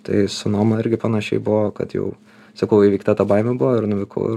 tai su noma irgi panašiai buvo kad jau sakau įveikta ta baimė buvo ir nuvykau ir